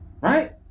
Right